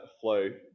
flow